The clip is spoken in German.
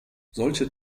solche